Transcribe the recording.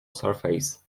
surface